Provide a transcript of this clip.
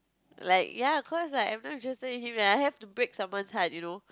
like ya cause like every time just say him I have to break someone heart you know